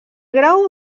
grau